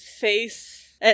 Face